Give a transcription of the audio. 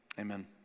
Amen